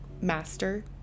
master